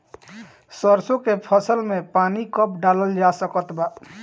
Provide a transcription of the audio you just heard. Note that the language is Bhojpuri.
सरसों के फसल में पानी कब डालल जा सकत बा?